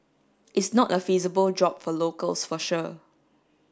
is not a feasible job for locals for sure